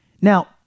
Now